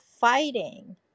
fighting